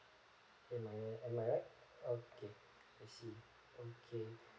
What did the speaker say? am I am I right okay I see okay